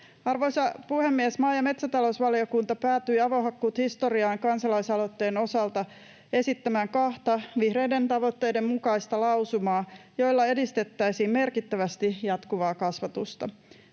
Arvoisa puhemies! Maa- ja metsätalousvaliokunta päätyi Avohakkuut historiaan ‑kansalaisaloitteen osalta esittämään kahta vihreiden tavoitteiden mukaista lausumaa, joilla merkittävästi edistettäisiin jatkuvaa kasvatusta.